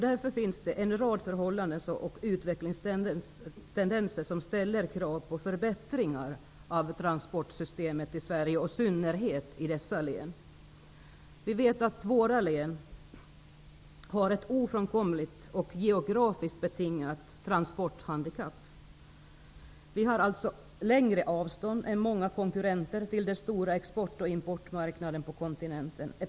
Därför krävs det med tanke på utvecklingstendenserna förbättringar av transportsystemet i Sverige, och särskilt i nämnda län. Våra län har ett ofrånkomligt och geografiskt betingat transporthandikapp. Avstånden är längre än för många konkurrenter till de stora stora export och importmarknaderna på kontinenten.